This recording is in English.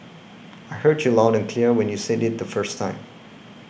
I heard you loud and clear when you said it the first time